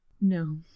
No